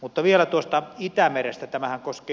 mutta vielä itämerestä